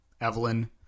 Evelyn